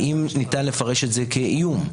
האם ניתן לפרש את זה כאיום?